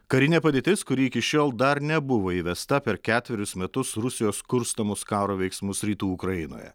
karinė padėtis kuri iki šiol dar nebuvo įvesta per ketverius metus rusijos kurstomus karo veiksmus rytų ukrainoje